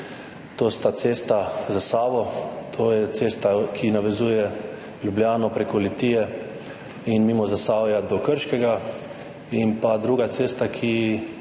To je cesta za Savo, to je cesta, ki povezuje Ljubljano prek Litije in mimo Zasavja do Krškega, in druga cesta, ki